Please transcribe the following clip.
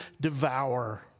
devour